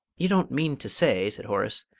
you don't mean to say, said horace,